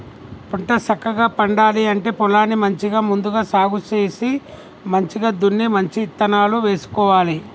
పంట సక్కగా పండాలి అంటే పొలాన్ని మంచిగా ముందుగా సాగు చేసి మంచిగ దున్ని మంచి ఇత్తనాలు వేసుకోవాలి